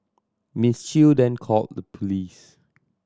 Miss Chew then called the police